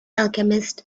alchemist